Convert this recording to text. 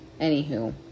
Anywho